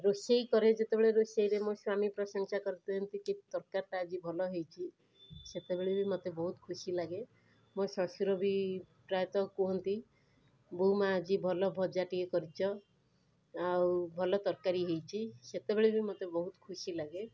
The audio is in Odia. ରୋଷେଇ କରେ ଯେତେବେକେ ରୋଷେଇରେ ମୋ ସ୍ୱାମୀ ପ୍ରସଂଶା କରନ୍ତି କି ତରକାରୀଟା ଆଜି ଭଲ ହେଇଛି ସେତେବେଳେ ବି ମୋତେ ବହୁତ ଖୁସି ଲାଗେ ମୋ ଶ୍ୱଶୁର ବି ପ୍ରାୟତଃ କୁହନ୍ତି ବୋହୂମା ଆଜି ଭଲ ଭଜାଟିଏ କରିଛ ଆଉ ଭଲ ତରକାରୀ ହେଇଛି ସେତେବେଳେ ବି ମୋତେ ବହୁତ ଖୁସିଲାଗେ